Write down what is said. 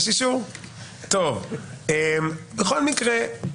בכל מקרה,